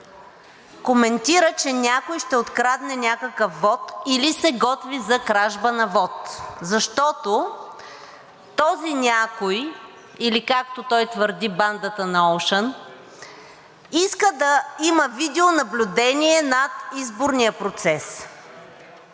коментира, че някой ще открадне някакъв вот или се готви за кражба на вот. Защото този някой, или както той твърди бандата на Оушън, иска да има видеонаблюдение над изборния процес.